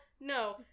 No